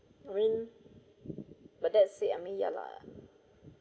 I mean but that said I mean ya lah